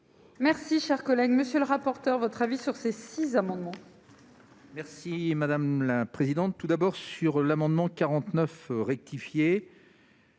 Merci, chers collègues, monsieur le rapporteur, votre avis sur ces six amendements.